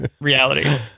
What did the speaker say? reality